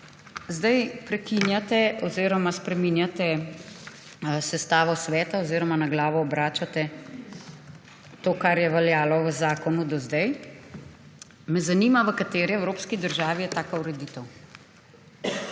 je treba. Sedaj spreminjate sestavo sveta oziroma na glavo obračate to, kar je veljalo v zakonu do sedaj. Me zanima, v kateri evropski državi je taka ureditev.